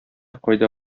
кайда